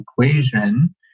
equation